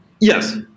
Yes